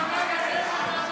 בושה.